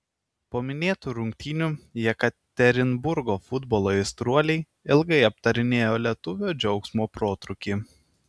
po minėtų rungtynių jekaterinburgo futbolo aistruoliai ilgai aptarinėjo lietuvio džiaugsmo protrūkį